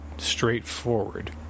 straightforward